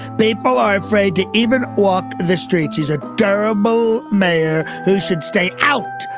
people are afraid to even walk the streets is a terrible mayor who should stay out.